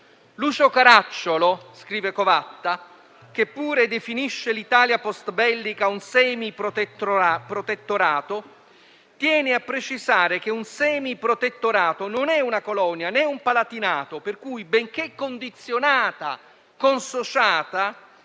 Lucio Caracciolo - scrive Covatta -, che pure definisce l'Italia postbellica un semiprotettorato, tiene a precisare che un semiprotettorato non è una colonia né un palatinato; per cui, benché condizionata, consociata,